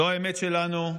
זו האמת שלנו.